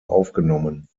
aufgenommen